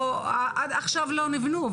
או עד עכשיו לא נבנו.